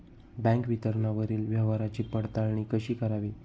Bank विवरणावरील व्यवहाराची पडताळणी कशी करावी?